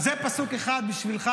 אז זה פסוק אחד בשבילך,